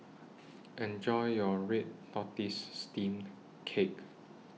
Enjoy your Red Tortoise Steamed Cake